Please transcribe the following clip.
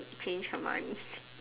change Hermione